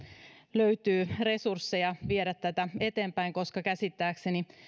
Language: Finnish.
löytyy resursseja viedä tätä lakialoitetta eteenpäin koska käsittääkseni